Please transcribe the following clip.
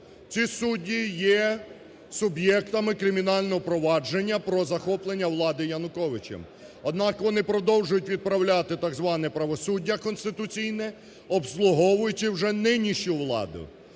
Ці судді є суб'єктами кримінального провадження про захоплення Януковичем, однак вони продовжують відправляти так зване правосуддя конституційне, обслуговуючи вже нинішню владу.